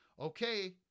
Okay